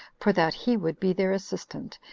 for that he would be their assistant,